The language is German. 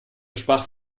schwach